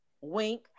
wink